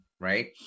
right